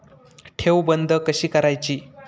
ठेव बंद कशी करायची?